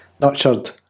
Nurtured